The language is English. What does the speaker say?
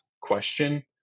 question